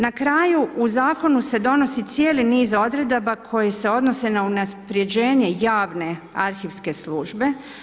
Na kraju, u zakonu se donosi cijeli niz odredaba koje se odnose na unapređenje javne arhivske službe.